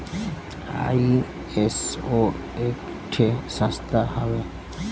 ISO एक ठे संस्था हउवे